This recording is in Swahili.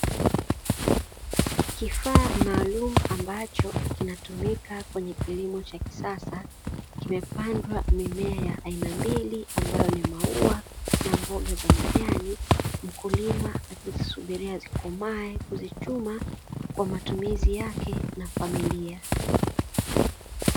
Kifaa maalumu ambacho kinatumika kwenye kilimo cha kisasa, kimepandwa mimea ya aina mbili ambayo ni: maua na mboga za majani, mkulima akizisubiria zikomae kuzichuma kwa matumizi yake na familia.